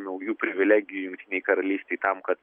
naujų privilegijų jungtinei karalystei tam ka